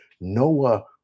Noah